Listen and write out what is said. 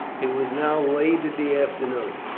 it was now late in the afternoon.